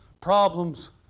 problems